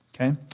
Okay